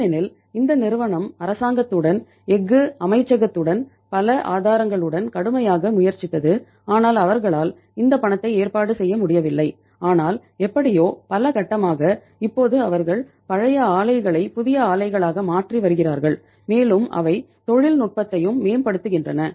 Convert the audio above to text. ஏனெனில் இந்த நிறுவனம் அரசாங்கத்துடன் எஃகு அமைச்சகத்துடன் பல ஆதாரங்களுடன் கடுமையாக முயற்சித்தது ஆனால் அவர்களால் இந்த பணத்தை ஏற்பாடு செய்ய முடியவில்லை ஆனால் எப்படியோ பல கட்டமாக இப்போது அவர்கள் பழைய ஆலைகளை புதிய அலைகளாக மாற்றி வருகிறார்கள் மேலும் அவை தொழில்நுட்பத்தையும் மேம்படுத்துகின்றன